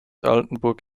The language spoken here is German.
altenburg